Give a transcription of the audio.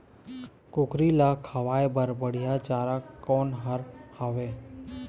कुकरी ला खवाए बर बढीया चारा कोन हर हावे?